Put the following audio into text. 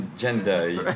gender